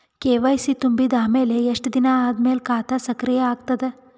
KYC ತುಂಬಿದ ಅಮೆಲ ಎಷ್ಟ ದಿನ ಆದ ಮೇಲ ಖಾತಾ ಸಕ್ರಿಯ ಅಗತದ?